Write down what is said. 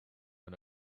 and